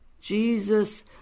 Jesus